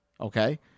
okay